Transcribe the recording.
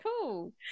cool